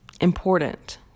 important